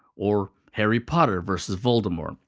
or harry potter vs. voldemort.